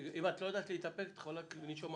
הוא לא חסך מילים כדי לתאר את האסון של